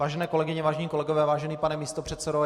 Vážené kolegyně, vážení kolegové, vážený pane místopředsedo.